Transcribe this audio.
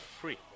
free